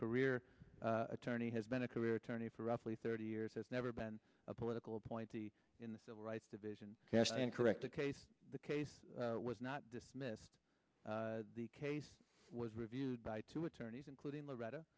career her attorney has been a career attorney for roughly thirty years has never been a political appointee in the civil rights division in correct a case the case was not dismiss the case was reviewed by two attorneys including loretta